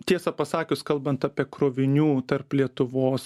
tiesą pasakius kalbant apie krovinių tarp lietuvos